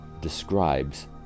describes